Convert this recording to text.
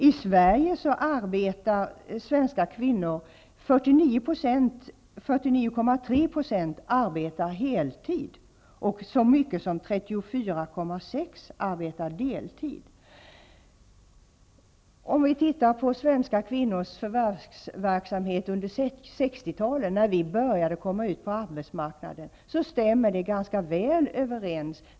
I Sverige arbetar 34,6 % deltid. Det läge som många EG-länder i dag befinner sig i stämmer ganska väl överens med de förhållanden som rådde beträffande svenska kvinnors förvärvsverksamhet under 60-talet, när vi började komma ut på arbetsmarknaden.